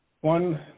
One